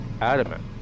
adamant